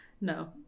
no